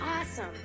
Awesome